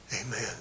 Amen